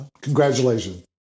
Congratulations